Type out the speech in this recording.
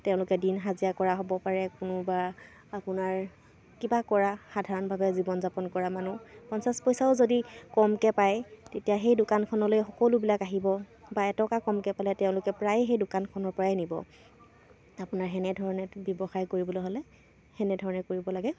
তেওঁলোকে দিন হাজিৰা কৰা হ'ব পাৰে কোনোবা আপোনাৰ কিবা কৰা সাধাৰণভাৱে জীৱন যাপন কৰা মানুহ পঞ্চাছ পইচাও যদি কমকৈ পায় তেতিয়া সেই দোকানখনলৈ সকলোবিলাক আহিব বা এটকা কমকৈ পালে তেওঁলোকে প্ৰায়ে সেই দোকানখনৰপৰাই নিব আপোনাৰ সেনেধৰণে ব্যৱসায় কৰিবলৈ হ'লে সেনেধৰণে কৰিব লাগে